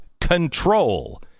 control